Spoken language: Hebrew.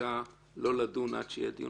הבקשה לא לדון עד שיהיה דיון